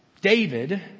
David